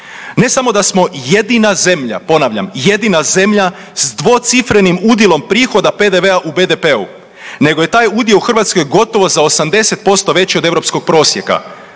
Ne samo da smo jedina zemlja, ponavljam jedina zemlja s dvocifrenim udjelom prihoda PDV-a u BDP-u, nego je taj udio u Hrvatskoj gotovo za 80% veći od europskog prosjeka.